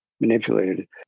manipulated